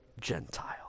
Gentile